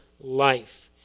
life